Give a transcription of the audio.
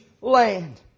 land